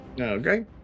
okay